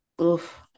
Oof